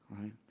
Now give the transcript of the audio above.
right